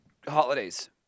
holidays